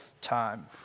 time